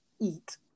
eat